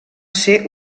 ser